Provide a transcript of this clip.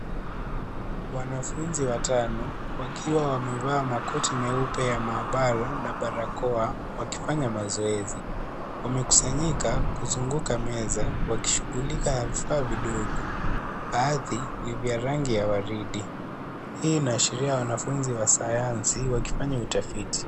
Wanafunzi watano wakiwa wamevaa makoti meupe ya maabara na barakoa wakifanya mazoezi. Wamekusanyika kuzunguka meza wakishughulika na vifaa vidogo, baadhi ni vya rangi ya waridi. Hii inaashiria wanafunzi wa sayansi wakifanya utafiti.